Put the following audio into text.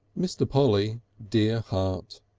mr. polly, dear heart!